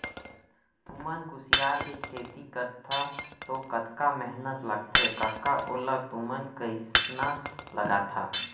तुमन कुसियार के खेती करथा तौ कतका मेहनत लगथे कका ओला तुमन कइसना लगाथा